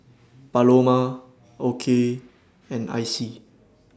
Paloma Okey and Icy